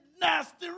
nasty